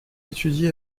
étudie